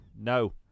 No